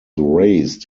raised